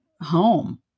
home